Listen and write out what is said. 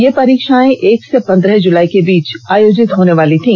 ये परीक्षाएं एक से पंद्रह जुलाई के बीच आयोजित होने वालीं थी